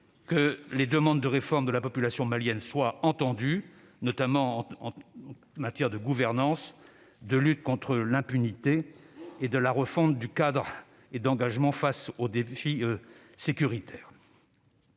que les demandes de réformes de la population malienne soient entendues, notamment en matière de gouvernance, de lutte contre l'impunité et de refonte du cadre et d'engagement face aux défis sécuritaires.